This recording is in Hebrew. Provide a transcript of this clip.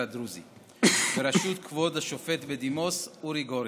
הדרוזי בראשות כבוד השופט בדימוס אורי גורן.